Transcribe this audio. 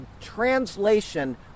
translation